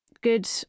good